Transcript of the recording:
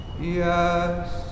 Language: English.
Yes